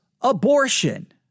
abortion